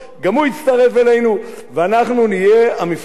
ואנחנו נהיה המפלגה המרכזית הישראלית,